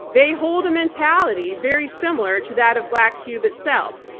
they hold a mentality very similar to that of black cube itself.